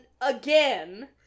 again